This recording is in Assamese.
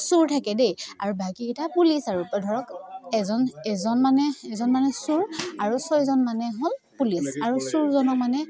চোৰ থাকে দেই আৰু বাকীকেইটা পুলিচ আৰু ধৰক এজন এজন মানে এজন মানে চোৰ আৰু ছজন মানে হ'ল পুলিচ আৰু চোৰজনৰ মানে